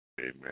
Amen